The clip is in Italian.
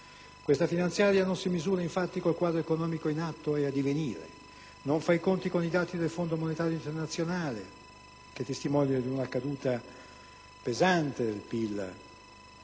Questa finanziaria non si misura, infatti, con il quadro economico in atto e in divenire; non fa i conti con i dati del Fondo monetario internazionale, che testimonia di una caduta pesante del PIL